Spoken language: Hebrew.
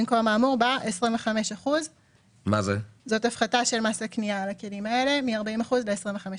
במקום האמור בא 25%". זו הפחתה של מס לקניה על הכלים האלה מ-40% ל-25%.